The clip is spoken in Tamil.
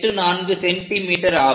84 சென்டிமீட்டர் ஆகும்